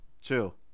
Chill